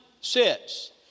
sits